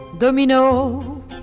Domino